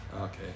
Okay